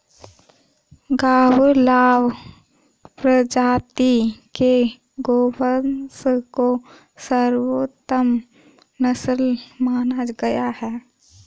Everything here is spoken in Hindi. गावलाव प्रजाति के गोवंश को सर्वोत्तम नस्ल माना गया है